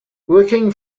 working